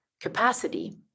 capacity